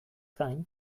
gain